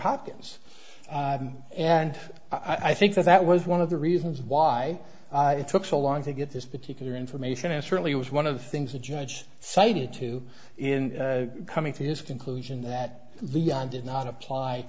hopkins and i think that that was one of the reasons why it took so long to get this particular information and certainly was one of the things the judge cited to in coming to his conclusion that leon did not apply